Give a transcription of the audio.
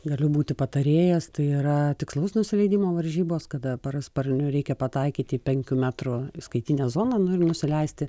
galiu būti patarėjas tai yra tikslaus nusileidimo varžybos kada parasparniu reikia pataikyti į penkių metrų įskaitinę zoną nu ir nusileisti